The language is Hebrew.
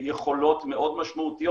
יכולות מאוד משמעותיות.